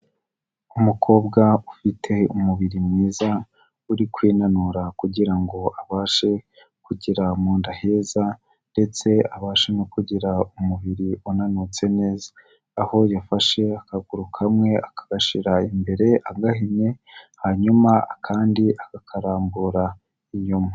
Umukobwa ufite umubiri mwiza uri kwinanura kugira ngo abashe kugira mu nda heza ndetse abashe no kugira umubiri unanutse neza, aho yafashe akaguru kamwe akagashyira imbere agahinnye hanyuma akandi akakarambura inyuma.